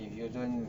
if you don't